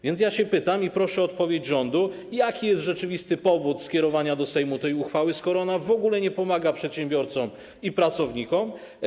Więc ja się pytam i proszę o odpowiedź rządu: Jaki jest rzeczywisty powód skierowania do Sejmu tej uchwały, skoro ona w ogóle nie pomaga przedsiębiorcom i pracownikom?